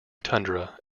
tundra